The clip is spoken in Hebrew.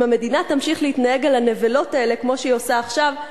אם המדינה תמשיך להתנהג אל הנבלות האלה כמו שהיא עושה עכשיו,